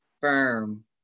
firm